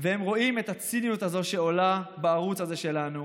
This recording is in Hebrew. והם רואים את הציניות הזאת שעולה בערוץ הזה שלנו.